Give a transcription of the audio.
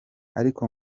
ariko